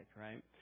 right